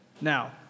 Now